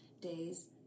days